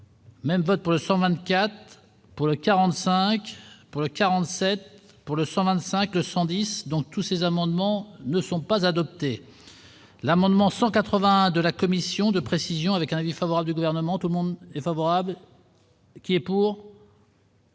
Même vote pour le 124 pour le 45 pour le 47 pour le 125 210 donc tous ces amendements ne sont pas adoptées. L'amendement 182, la commission de précision avec un avis favorable du gouvernement, tout le monde est favorable. Est pour.